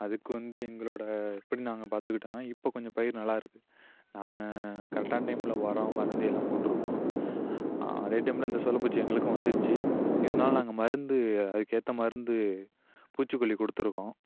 அதுக்கு வந்து எங்களோடய எப்படி நாங்கள் பார்த்துக்கிட்டோன்னா இப்போ கொஞ்சம் பயிர் நல்லாயிருக்கு நாங்க கரெக்டான டைமில் உரோம் மருந்து எல்லாம் போட்டிருக்கோம் அதே டைமில் அந்த சோலை பூச்சி எங்களுக்கும் வந்துடுச்சு இருந்தாலும் நாங்கள் மருந்து அதுக்கு ஏற்ற மருந்து பூச்சிக்கொல்லி கொடுத்துருக்கோம்